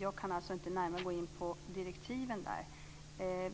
Jag kan alltså inte närmare gå in på direktiven där.